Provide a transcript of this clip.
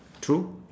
true